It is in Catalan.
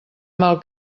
mal